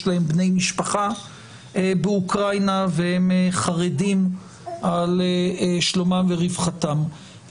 להם בני משפחה באוקראינה והם חרדים לשלומם ורווחתם.